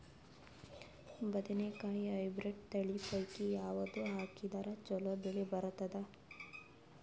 ಬದನೆಕಾಯಿ ಹೈಬ್ರಿಡ್ ತಳಿ ಪೈಕಿ ಯಾವದು ಹಾಕಿದರ ಚಲೋ ಬೆಳಿ ಬರತದ?